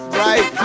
right